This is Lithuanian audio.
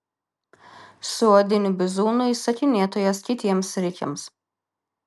su odiniu bizūnu įsakinėtojas kitiems rikiams